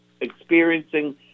experiencing